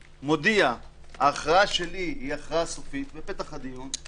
מודיע: ההכרעה שלי היא סופית, בפתח הדיון,